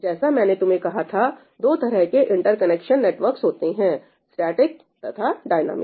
जैसा मैंने तुम्हें कहा था दो तरह के इंटरकनेक्शन नेटवर्क्स होते हैं स्टैटिक तथा डायनेमिक